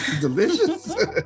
Delicious